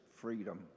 freedom